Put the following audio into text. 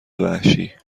وحشی